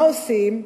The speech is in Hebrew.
מה עושים?